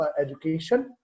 education